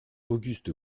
auguste